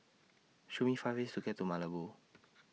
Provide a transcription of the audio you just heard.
Show Me five ways to get to Malabo